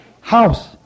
House